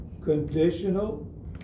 conditional